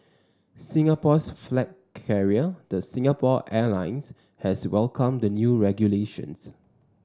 Singapore's flag carrier the Singapore Airlines has welcomed the new regulations